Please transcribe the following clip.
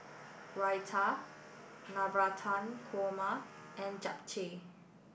Raita Navratan Korma and Japchae